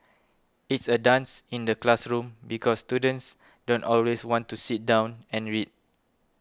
it's a dance in the classroom because students don't always want to sit down and read